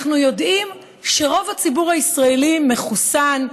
אנחנו יודעים שרוב הציבור הישראלי מחוסן,